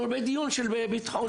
אנחנו בדיון של בטחון.